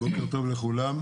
בוקר טוב לכולם.